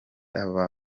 aba